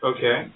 Okay